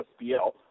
SPL